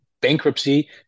bankruptcy